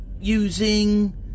using